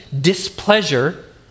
displeasure